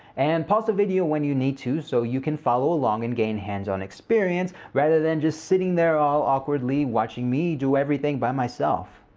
and pause the video when you need to, so you can follow along and gain hands-on experience rather than just sitting there all awkwardly, watching me do everything by myself.